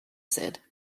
said